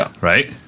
right